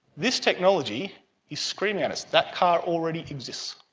this technology is screaming at us. that car already exists.